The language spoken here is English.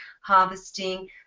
harvesting